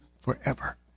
forever